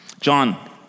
John